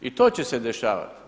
I to će se dešavati.